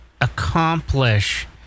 accomplish